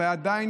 ועדיין,